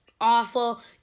awful